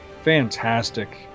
fantastic